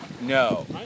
No